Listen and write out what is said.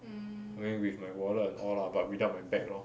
I mean with my wallet and all lah but without my bag lor